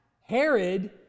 Herod